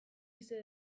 bizi